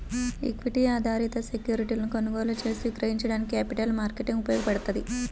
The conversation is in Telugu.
ఈక్విటీ ఆధారిత సెక్యూరిటీలను కొనుగోలు చేసి విక్రయించడానికి క్యాపిటల్ మార్కెట్ ఉపయోగపడ్తది